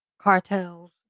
cartels